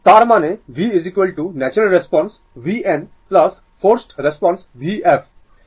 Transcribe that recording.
তার মানে v natural response vn forced response vf এই হল ইকুয়েশন 59